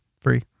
free